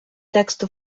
тексту